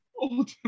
old